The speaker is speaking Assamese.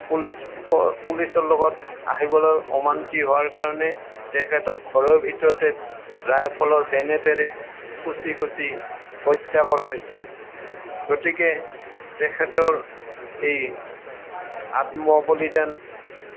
পুলিচ পুলিচৰ লগত আহিবলৈ অমান্তি হোৱাৰ কাৰণে তেখেতক ঘৰৰ ভিতৰতে ৰাইফলৰ বেনেটেৰে খুচি খুচি হত্যা কৰা হৈছিল গতিকে তেখেতৰ এই আত্মবলিদান